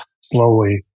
slowly